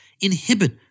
inhibit